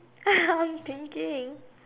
I'm thinking